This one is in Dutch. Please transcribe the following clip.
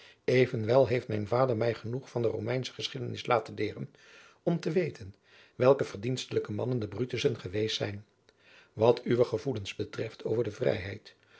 heeft mijn vader mij genoeg van de romeinsche geschiedenis laten leeren om te weten welke verdienstelijke mannen de brutussen geweest zijn wat uwe gevoelens betreft over de vrijheid